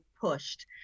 pushed